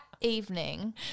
evening